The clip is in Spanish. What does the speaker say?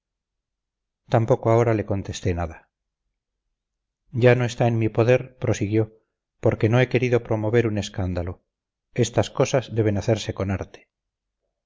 tampoco ahora le contesté nada ya no está en mi poder prosiguió porque no he querido promover un escándalo estas cosas deben hacerse con arte